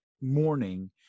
morning